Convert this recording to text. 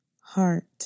heart